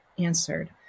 Answered